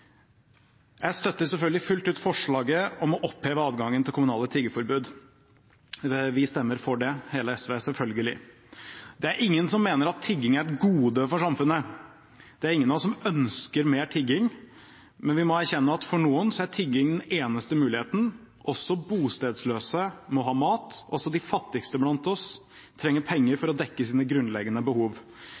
Jeg støtter selvfølgelig fullt ut forslaget om å oppheve adgangen til kommunale tiggeforbud. Vi stemmer for det, hele SV – selvfølgelig. Det er ingen som mener at tigging er et gode for samfunnet. Det er ingen av oss som ønsker mer tigging, men vi må erkjenne at for noen er tigging den eneste muligheten – også bostedsløse må ha mat, også de fattigste blant oss trenger penger – til å dekke sine grunnleggende behov.